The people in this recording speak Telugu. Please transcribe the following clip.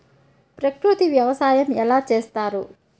ప్రకృతి వ్యవసాయం ఎలా చేస్తారు?